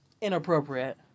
inappropriate